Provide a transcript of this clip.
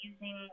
using